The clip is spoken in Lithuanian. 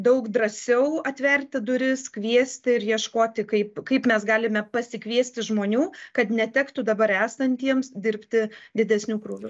daug drąsiau atverti duris kviesti ir ieškoti kaip kaip mes galime pasikviesti žmonių kad netektų dabar esantiems dirbti didesniu krūviu